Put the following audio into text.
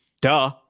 duh